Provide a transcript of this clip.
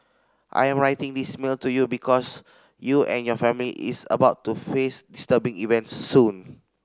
I am writing this mail to you because you and your family is about to face disturbing events soon